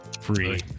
Free